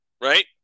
right